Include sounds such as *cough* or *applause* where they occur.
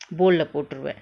*noise* bowl lah போட்டுருவ:poturuva